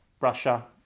Russia